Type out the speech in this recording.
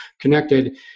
connected